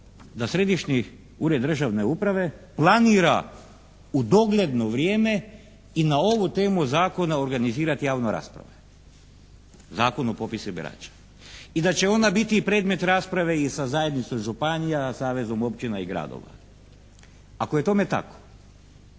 da Središnji ured državne uprave planira u dogledno vrijeme i na ovu temu zakona organizirati javne rasprave. Zakon o popisu birača. I da će ona biti i predmet rasprave i sa zajednicom županija, savezom općina i gradova. Ako je tome tako,